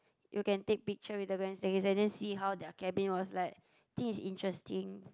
you can take picture with the grand staircase and then see how their cabin was like think is interesting